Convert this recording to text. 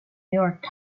york